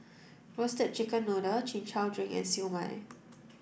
roasted chicken noodle chin chow drink and Siew Mai